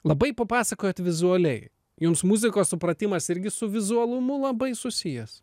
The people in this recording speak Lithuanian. labai papasakojot vizualiai jums muzikos supratimas irgi su vizualumu labai susijęs